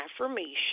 affirmation